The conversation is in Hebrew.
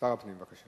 שר הפנים, בבקשה.